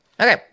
Okay